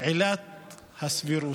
(עילת הסבירות),